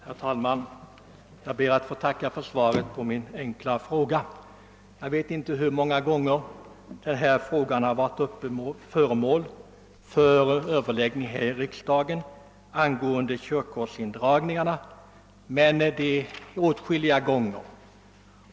Herr talman! Jag ber att få tacka för svaret på min enkla fråga. Hur många gånger körkortsindragningarna varit föremål för överläggning här i riksdagen vet jag inte, men det är åtskilliga gånger.